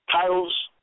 Titles